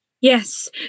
yes